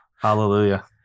Hallelujah